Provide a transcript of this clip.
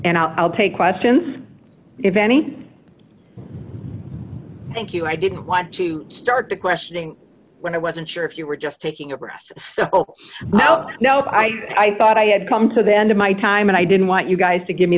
and i'll take questions if any thank you i didn't want to start the questioning when i wasn't sure if you were just taking a risk now i i thought i had come to the end of my time and i didn't want you guys to give me